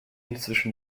inzwischen